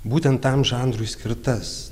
būtent tam žanrui skirtas